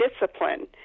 discipline